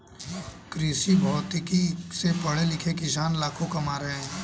कृषिभौतिकी से पढ़े लिखे किसान लाखों कमा रहे हैं